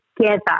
together